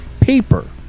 paper